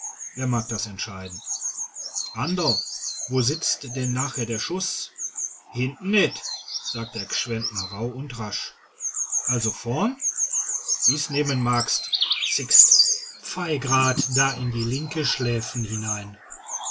wer mag das entscheiden anderl wo sitzt denn nachher der schuß hinten net sagt der g'schwendtner rauh und rasch also vorn wie's nehmen magst sixt pfei'gerad da in die linke schläfen hinein